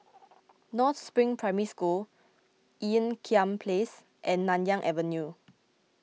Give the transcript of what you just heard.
North Spring Primary School Ean Kiam Place and Nanyang Avenue